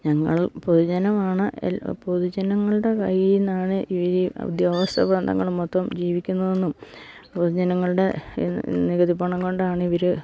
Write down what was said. ഞങ്ങൾ പൊതുജനമാണ് പൊതുജനങ്ങളുടെ കയ്യിൽനിന്നാണ് ഇവര് ഈ ഉദ്യോഗസ്ഥ വൃന്ധങ്ങള് മൊത്തം ജീവിക്കുന്നതന്നെന്നും പൊതുജനങ്ങളുടെ നികുതിപ്പണം കൊണ്ടാണ് ഇവര്